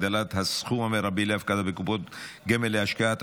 הגדלת הסכום המרבי להפקדה בקופות גמל להשקעה),